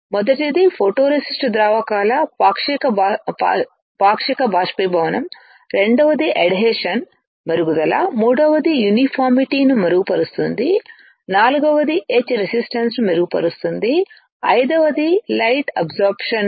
మొదటిది ఫోటోరేసిస్ట్ ద్రావకాల పాక్షిక బాష్పీభవనం రెండవది ఎడ్హెషన్ మెరుగుదల మూడవది యూనిఫామిటీ ను మెరుగుపరుస్తుంది నాల్గవది ఎచ్ రెసిస్టన్స్ను మెరుగుపరుస్తుంది ఐదవది లైట్ అబ్సర్బన్స్ light absorbance